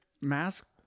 mask